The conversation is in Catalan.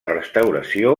restauració